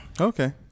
Okay